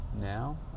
now